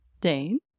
Dane